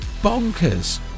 bonkers